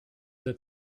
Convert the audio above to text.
that